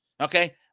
Okay